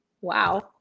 Wow